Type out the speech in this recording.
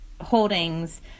holdings